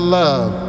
love